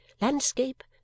landscape